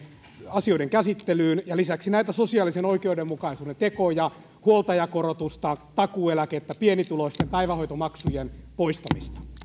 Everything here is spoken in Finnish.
asioiden käsittelyyn ja lisäksi näitä sosiaalisen oikeudenmukaisuuden tekoja huoltajakorotusta takuueläkettä sekä pienituloisten päivähoitomaksujen poistamista